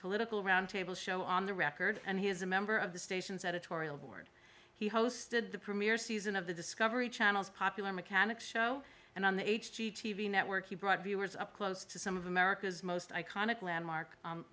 political roundtable show on the record and he is a member of the station's editorial board he hosted the premier season of the discovery channel's popular mechanics show and on the h d t v network he brought viewers up close to some of america's most iconic landmark